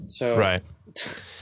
Right